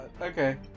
Okay